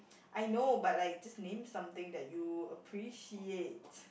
I know but like just name something that you appreciate